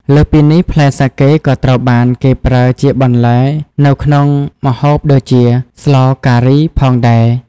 លើសពីនេះ ផ្លែសាកេក៏ត្រូវបានគេប្រើជាបន្លែនៅក្នុងម្ហូបដូចជា ស្លការីផងដែរ។